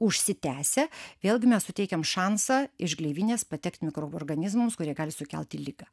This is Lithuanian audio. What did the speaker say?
užsitęsia vėlgi mes suteikiam šansą iš gleivinės patekti mikroorganizmams kurie gali sukelti ligą